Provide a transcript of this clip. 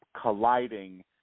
colliding